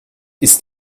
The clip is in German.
ist